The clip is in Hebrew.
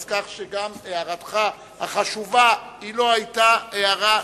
אז כך שגם הערתך החשובה לא היתה הערה צודקת.